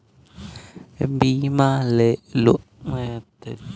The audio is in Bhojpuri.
लोन लेवे खातिर क्रेडिट काडे भी बनवावे के होला?